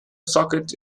sockets